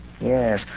Yes